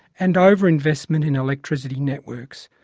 and overinvestment in electricity networks,